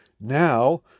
now